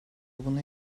buna